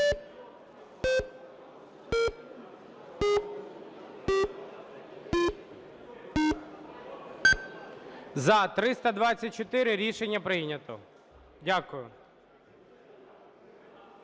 За-324 Рішення прийнято. Дякую.